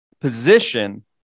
Position